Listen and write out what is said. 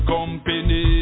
Company